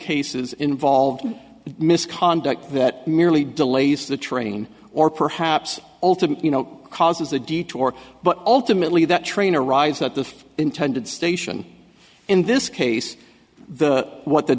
cases involve misconduct that merely delays the training or perhaps ultimate you know causes a detour but ultimately that train arrives at the intended station in this case the what the